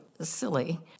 silly